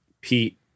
Pete